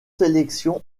sélections